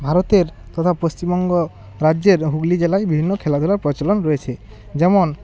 ভারতের তথা পশ্চিমবঙ্গ রাজ্যের হুগলি জেলায় বিভিন্ন খেলাধুলার প্রচলন রয়েছে যেমন